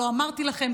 לא אמרתי לכם,